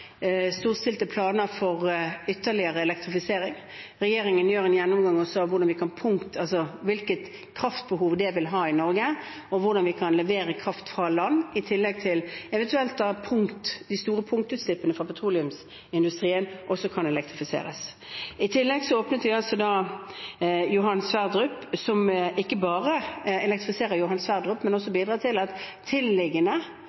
planer for ytterligere elektrifisering. Regjeringen gjør en gjennomgang av hvilket kraftbehov det vil ha i Norge, og hvordan vi kan levere kraft fra land, eventuelt i tillegg til at de store punktutslippene fra petroleumsindustrien også kan elektrifiseres. I tillegg åpnet vi Johan Sverdrup, som ikke bare elektrifiserer Johan Sverdrup, men også